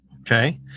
Okay